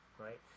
right